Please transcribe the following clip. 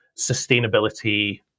sustainability